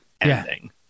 ending